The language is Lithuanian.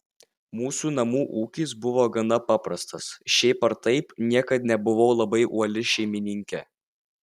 mūsų namų ūkis buvo gana paprastas šiaip ar taip niekad nebuvau labai uoli šeimininkė